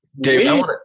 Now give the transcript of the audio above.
David